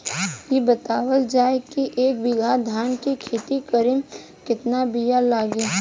इ बतावल जाए के एक बिघा धान के खेती करेमे कितना बिया लागि?